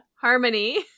harmony